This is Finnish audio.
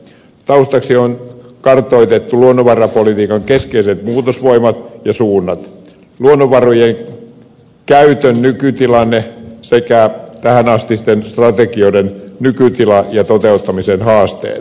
taustaksi on kartoitettu luonnonvarapolitiikan keskeiset muutosvoimat ja suunnat luonnonvarojen käytön nykytilanne sekä tähänastisten strategioiden nykytila ja toteuttamisen haasteet